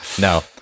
No